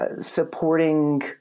supporting